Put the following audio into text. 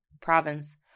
province